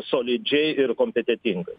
solidžiai ir kompetentingai